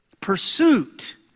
pursuit